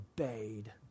obeyed